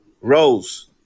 Rose